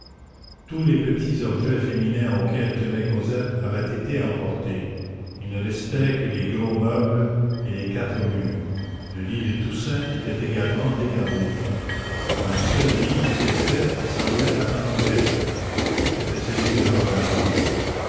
tous les petits objets féminins auxquels tenait cosette avaient été emportés il ne restait que les gros meubles et les quatre murs le lit de toussaint était également dégarni un seul lit était fait et semblait attendre quelqu'un c'était celui de jean valjean